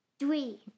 Three